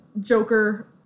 Joker –